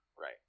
Right